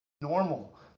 normal